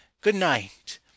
good-night